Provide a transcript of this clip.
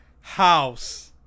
House